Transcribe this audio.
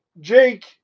Jake